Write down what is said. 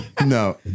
No